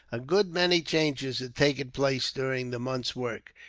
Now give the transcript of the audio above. a good many changes had taken place during the month's work.